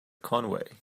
conway